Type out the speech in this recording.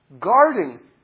guarding